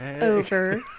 over